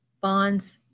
bonds